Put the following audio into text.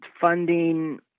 funding